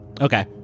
Okay